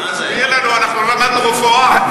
תסביר לנו, אנחנו לא למדנו רפואה.